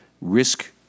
risk